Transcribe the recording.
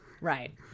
Right